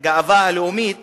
הגאווה הלאומית